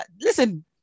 listen